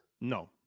No